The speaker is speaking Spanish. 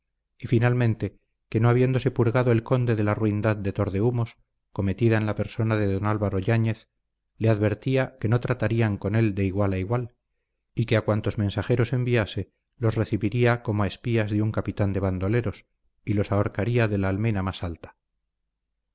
y finalmente que no habiéndose purgado el conde de la ruindad de tordehumos cometida en la persona de don álvaro yáñez le advertía que no tratarían con él de igual a igual y que a cuantos mensajeros enviase los recibiría como a espías de un capitán de bandoleros y los ahorcaría de la almena más alta